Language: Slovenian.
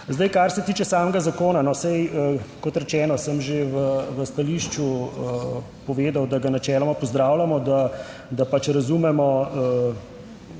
Zdaj, kar se tiče samega zakona, saj kot rečeno, sem že v stališču povedal, da ga načeloma pozdravljamo, da pač razumemo